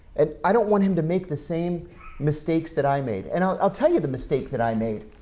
and i don't want him to make the same mistakes that i made. and i'll i'll tell you the mistake that i made.